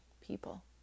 people